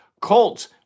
Colts